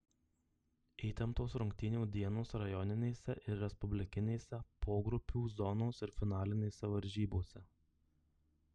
įtemptos rungtynių dienos rajoninėse ir respublikinėse pogrupių zonos ir finalinėse varžybose